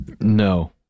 No